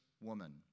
woman